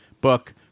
book